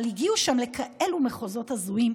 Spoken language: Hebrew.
אבל הגיעו שם לכאלה מחוזות הזויים,